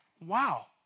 Wow